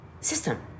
system